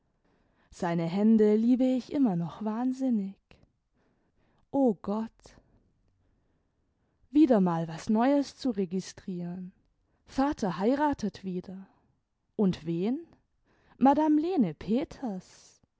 seine hände liebe ich immer noch wahnsinnig o gott wieder mal was neues zu registrieren vater heiratet wieder und wen madame lene peters